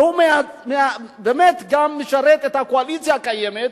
אבל הוא משרת גם את הקואליציה הקיימת,